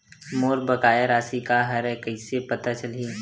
मोर बकाया राशि का हरय कइसे पता चलहि?